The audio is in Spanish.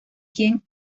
quien